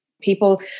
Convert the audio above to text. people